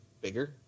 bigger